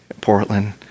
Portland